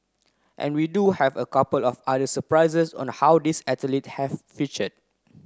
and we do have a couple of other surprises on how these athletes have featured